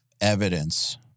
evidence